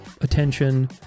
attention